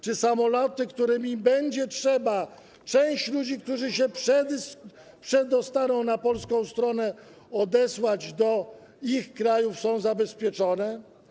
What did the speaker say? Czy samoloty, którymi będzie trzeba część ludzi, którzy się przedostaną na polską stronę, odesłać do ich krajów, są zabezpieczone?